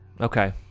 okay